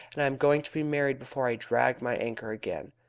and i am going to be married before i drag my anchor again.